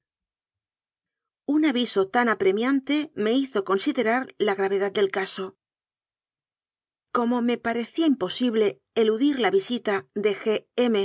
un aviso tan apremiante me hizo considerar la gravedad del caso como me parecía imposibleeludir la visita de